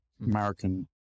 American